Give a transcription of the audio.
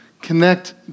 connect